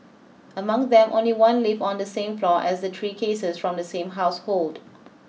among them only one lived on the same floor as the three cases from the same household